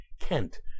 Kent